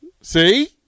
see